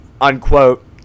unquote